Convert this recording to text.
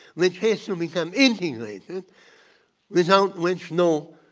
which has to become integrated without which no